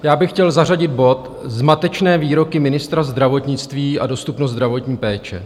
Já bych chtěl zařadit bod Zmatečné výroky ministra zdravotnictví a dostupnost zdravotní péče.